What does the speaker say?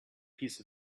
piece